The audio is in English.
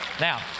Now